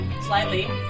Slightly